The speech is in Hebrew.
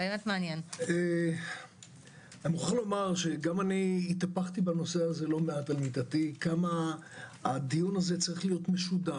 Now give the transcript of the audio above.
גם אני התלבטתי לא אחת כמה הדיון הזה צריך להיות משוגר.